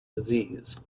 disease